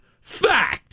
Fact